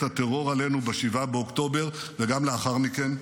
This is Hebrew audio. הטרור עלינו ב-7 באוקטובר וגם לאחר מכן: